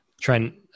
trent